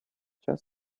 just